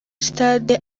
sitade